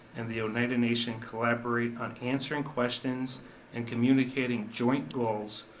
and the oneida nation collaborate on answering questions and communicating joint goals,